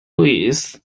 louis